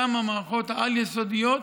גם המערכות העל-יסודיות,